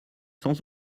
sans